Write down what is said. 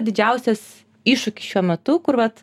didžiausias iššūkis šiuo metu kur vat